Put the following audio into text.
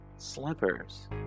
slippers